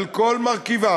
על כל מרכיביו,